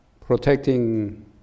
protecting